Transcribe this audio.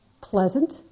pleasant